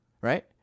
right